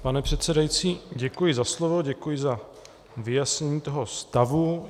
Pane předsedající, děkuji za slovo, děkuji za vyjasnění toho stavu.